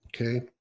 Okay